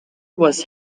was